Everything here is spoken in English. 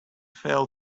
fell